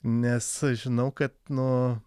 nes žinau kad nu